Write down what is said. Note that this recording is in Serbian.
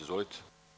Izvolite.